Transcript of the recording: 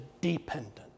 dependent